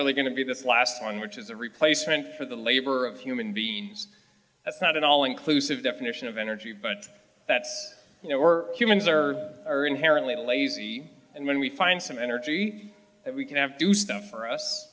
really going to be this last one which is a replacement for the labor of human beings that's not an all inclusive definition of energy but that's you know or humans are are inherently lazy and when we find some energy that we can and do stuff for us